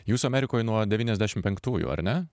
jūs amerikoj nuo devyniasdešim penktųjų ar ne